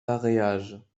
pareage